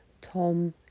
Tom